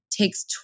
takes